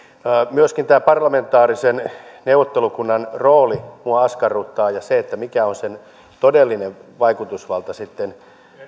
myöskin tämä parlamentaarisen neuvottelukunnan rooli minua askarruttaa ja se mikä on sen todellinen vaikutusvalta sitten